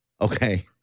Okay